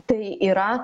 tai yra